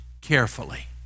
carefully